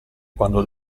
quando